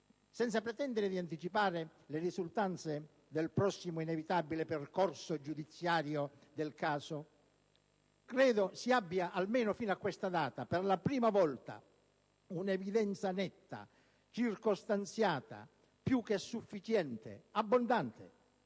senza pretendere di anticipare le risultanze del prossimo inevitabile percorso giudiziario del caso Di Girolamo, credo si abbia, almeno fino a questa data, per la prima volta un'evidenza netta, circostanziata, più che sufficiente, abbondante,